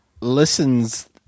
listens